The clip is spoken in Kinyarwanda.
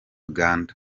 uganda